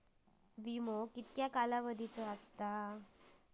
विमो किती कालावधीचो असता?